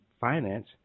finance